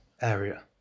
area